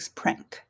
prank